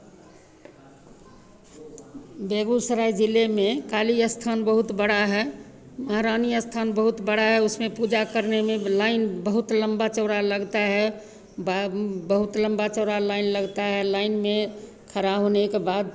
बेगूसराय जिले में काली स्थान बहुत बड़ा है महारानी स्थान बहुत बड़ा है उसमें पूजा करने में लाइन बहुत लंबा चौड़ा लगता है बाग बहुत लंबा चौड़ा लाइन लगता है लाइन में खड़ा होने के बाद